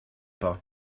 pas